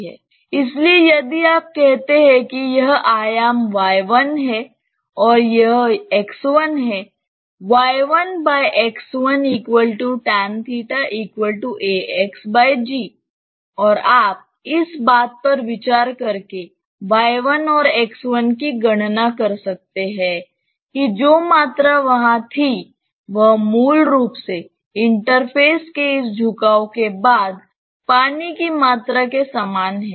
इसलिए यदि आप कहते हैं कि यह आयाम y1 है और यह x1 है और आप इस बात पर विचार करके y1 और x1 की गणना कर सकते हैं कि जो मात्रा वहां थी वह मूल रूप से इंटरफेस के इस झुकाव के बाद पानी की मात्रा के समान है